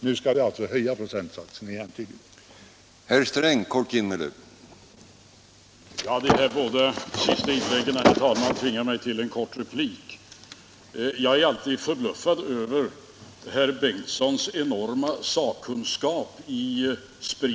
Nu skall vi alltså höja procentsatsen igen, om herr Sträng får som han vill.